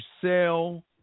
sell